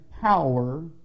power